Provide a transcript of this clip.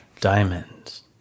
Diamonds